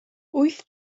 wyth